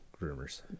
groomers